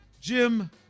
Jim